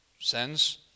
Sends